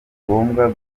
ngombwa